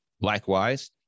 Likewise